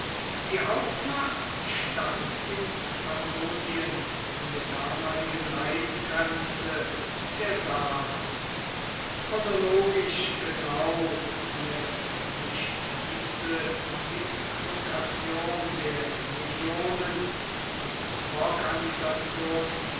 die hauptmacht stand in pannonien an der damaligen reichsgrenze der save chronologisch genau läßt sich diese dislokation der legionen und organisation